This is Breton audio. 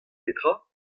petra